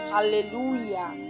Hallelujah